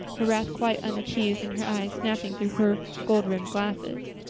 her wrath quite unappeased and her eyes snapping through her gold-rimmed glasses.